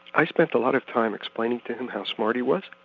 i spent a lot of time explaining to him how smart he was,